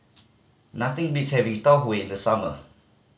nothing beats having Tau Huay in the summer